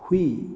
ꯍꯨꯏ